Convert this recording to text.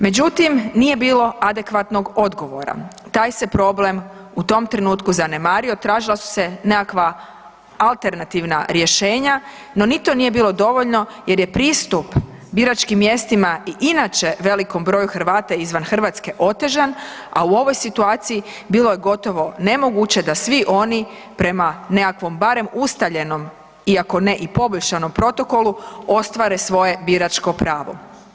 Međutim nije bilo adekvatnog odgovora, taj se proglem u tom trenutku zanemario, tražila su se nekakva alternativna rješenja, no ni to nije bilo dovoljno jer je pristup biračkim mjestima i inače velikom broju Hrvata izvan Hrvatske otežan, a u ovoj situaciji bilo je gotovo nemoguće da svi oni prema nekakvom barem ustaljeno, iako ne i poboljšanom protokolu ostvare svoje biračko pravo.